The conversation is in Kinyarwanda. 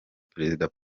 perezida